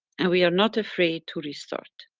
and we are not afraid to restart,